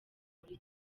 muri